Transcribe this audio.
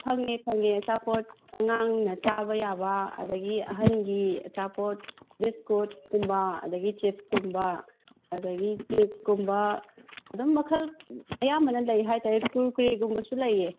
ꯐꯪꯉꯦ ꯐꯪꯉꯦ ꯑꯆꯥꯄꯣꯠ ꯑꯉꯥꯡꯅ ꯆꯥꯕ ꯌꯥꯕ ꯑꯗꯒꯤ ꯑꯍꯜꯒꯤ ꯑꯆꯥꯄꯣꯠ ꯕꯤꯁꯀꯨꯠꯀꯨꯝꯕ ꯑꯗꯒꯤ ꯆꯤꯞꯁꯀꯨꯝꯕ ꯑꯗꯒꯤ ꯀꯦꯛꯀꯨꯝꯕ ꯑꯗꯨꯝ ꯃꯈꯜ ꯑꯌꯥꯝꯕꯅ ꯂꯩ ꯍꯥꯏꯕꯇꯥꯔꯦ ꯀꯨꯔꯀꯨꯔꯦꯒꯨꯝꯕꯁꯨ ꯂꯩꯌꯦ